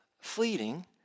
fleeting